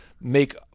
make